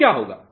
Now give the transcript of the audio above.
तो क्या होगा